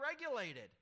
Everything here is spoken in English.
regulated